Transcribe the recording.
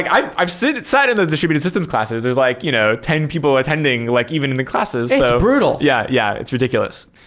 i sit inside in those distributed systems classes. there's like you know ten people attending like even in the classes it's brutal yeah. yeah it's ridiculous.